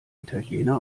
italiener